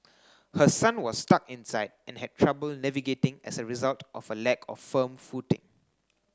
her son was stuck inside and had trouble navigating as a result of a lack of firm footing